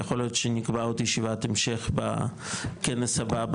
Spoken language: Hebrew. יכול להיות שנקבע עוד ישיבת המשך בכנס הבא,